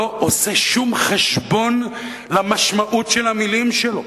לא עושה שום חשבון למשמעות של המלים שלו.